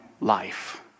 life